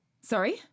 Sorry